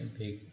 big